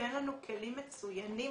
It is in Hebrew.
נותן לנו כלים מצוינים